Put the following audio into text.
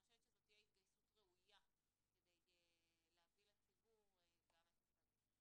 ואני חושבת שזאת תהיה התגייסות ראויה כדי להביא לציבור גם את הצד הזה,